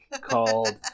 called